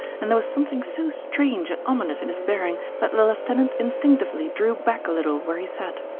and there was something so strange and ominous in his bearing that the lieutenant instinctively drew back a little where he sat.